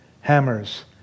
hammers